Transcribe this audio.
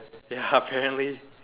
ya apparently